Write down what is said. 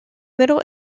middle